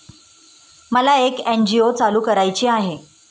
मला एक एन.जी.ओ चालू करायची आहे